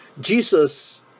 Jesus